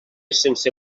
sense